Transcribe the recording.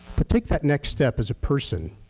but take that next step as a person.